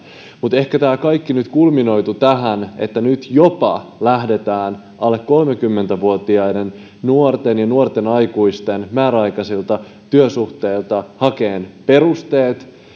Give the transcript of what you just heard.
mutta ehkä tämä kaikki nyt kulminoitui tähän että nyt jopa lähdetään alle kolmekymmentä vuotiaiden nuorten ja nuorten aikuisten määräaikaisilta työsuhteilta hakemaan perusteet